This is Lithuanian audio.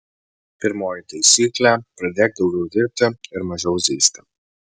pirmoji taisyklė pradėk daugiau dirbti ir mažiau zyzti